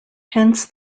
hence